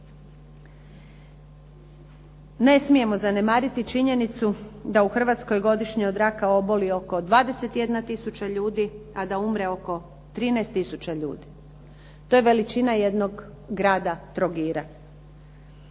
Ne smijemo zanemariti činjenicu da u Hrvatskoj godišnje od raka oboli oko 21 tisuća ljudi a da umre oko 13 tisuća ljudi. To je veličina jednog grada Trogira.